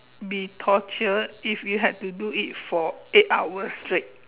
be torture if you have to do it for eight hours like